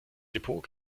depot